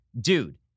Dude